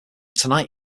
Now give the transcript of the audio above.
tonight